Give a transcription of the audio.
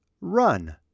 run